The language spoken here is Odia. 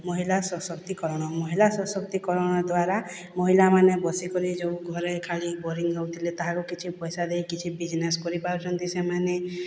ମହିଳା ସଶକ୍ତିକରଣ ମହିଳା ସଶକ୍ତିକରଣ ଦ୍ଵାରା ମହିଳାମାନେ ବସିକରି ଯେଉଁ ଘରେ ଖାଲି ବୋରିଂ ହେଉଥିଲେ ତାହାକୁ କିଛି ପଇସା ଦେଇ କିଛି ବିଜନେସ୍ କରି ପାରୁଛନ୍ତି ସେମାନେ